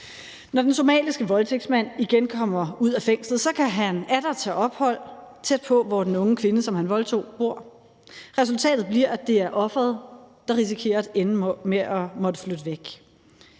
Når den somaliske voldtægtsmand igen kommer ud af fængslet, kan han atter tage ophold tæt på, hvor den unge kvinde, som han voldtog, bor. Resultatet bliver, at det er offeret, der risikerer at ende med at måtte flytte væk.